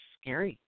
scary